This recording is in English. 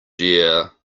dear